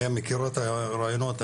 איה מכירה את הרעיונות.